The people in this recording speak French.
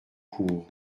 cours